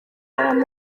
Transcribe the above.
yari